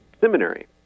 seminary